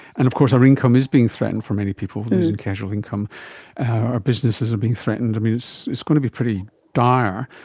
and of course our income is being threatened for many people, usually casual income, our businesses are being threatened, um it's going to be pretty dire.